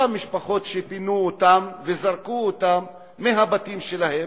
המשפחות שפינו אותן וזרקו אותן מהבתים שלהן,